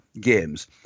games